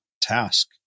task